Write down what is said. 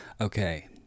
okay